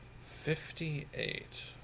Fifty-eight